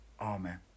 Amen